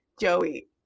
joey